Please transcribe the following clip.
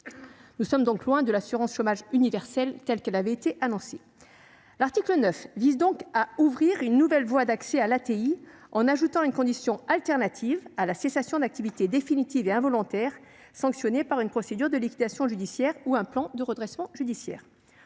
Nous sommes donc loin de l'assurance chômage universelle annoncée ! Dans ce contexte, l'article 9 vise à ouvrir une nouvelle voie d'accès à l'ATI, en ajoutant une condition alternative à la cessation d'activité définitive et involontaire sanctionnée par une procédure de liquidation judiciaire ou un plan de redressement judiciaire